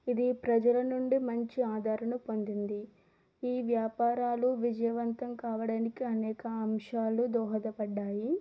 ఇది ప్రజలనుండి మంచి ఆదరణ పొందింది ఈ వ్యాపారాలు విజయవంతం కావడానికి అనేక అంశాలు దోహదపడ్డాయి